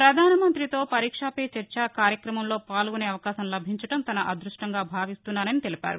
ప్రధాన మంతితో పరీక్షా పే చర్చ కార్యక్రమంలో పాల్గొనే అవకాశం లభించడం తన అదృష్టంగా భావిస్తున్నానని తెలిపారు